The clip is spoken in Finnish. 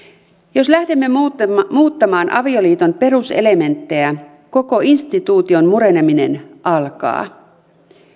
jos lähdemme muuttamaan muuttamaan avioliiton peruselementtejä koko instituution mureneminen alkaa